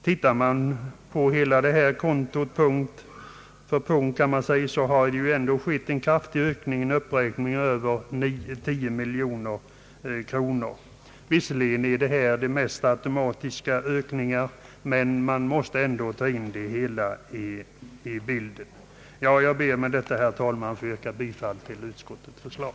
Om man granskar detta konto punkt för punkt finner man att det skett en kraftig ökning, en uppräkning med över 10 miljoner kronor. Visserligen gäller det mest automatiska ökningar, men det hela måste ändå tas in i bilden. Jag ber med detta, herr talman, att få yrka bifall till utskottets förslag.